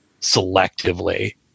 selectively